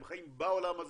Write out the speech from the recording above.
הם חיים בעולם הזה,